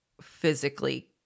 physically